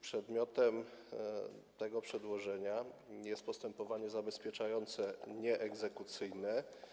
Przedmiotem tego przedłożenia jest postępowanie zabezpieczające, nie egzekucyjne.